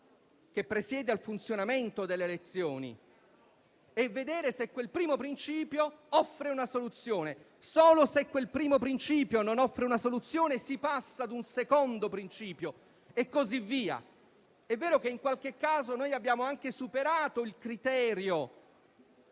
che presiede al funzionamento delle elezioni, e vedere se quel primo principio offre una soluzione. Solo se esso non la offre, si passa a un secondo principio e così via. È vero che in qualche caso abbiamo anche superato il criterio